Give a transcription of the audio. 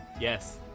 Yes